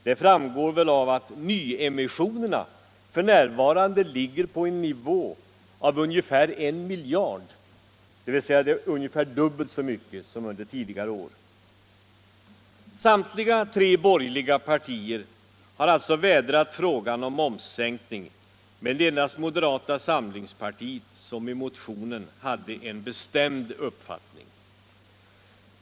Det framgår väl av att nyemissionerna f.n. ligger på en nivå av ungefär 1 miljard, dvs. ungefär dubbelt så mycket som under tidigare år. Samtliga tre borgerliga partier har alltså vädrat frågan om momssänkning, men det var endast moderata samlingspartiet som i motionen hade en bestämd uppfattning.